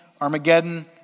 Armageddon